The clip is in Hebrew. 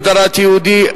הגדרת יהודי),